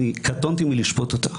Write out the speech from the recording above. אני קטונתי מלשפוט אותה,